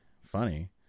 funny